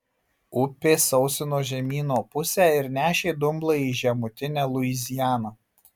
upė sausino žemyno pusę ir nešė dumblą į žemutinę luizianą